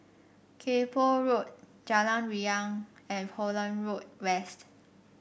Kay Poh Road Jalan Riang and Holland Road West